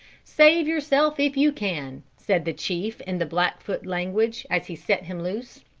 save yourself if you can, said the chief in the blackfoot language as he set him loose.